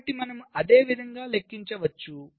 కాబట్టి మనము అదేవిధంగా లెక్కించవచ్చు